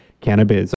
Cannabis